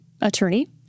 attorney